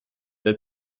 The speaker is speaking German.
der